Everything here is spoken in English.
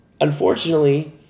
unfortunately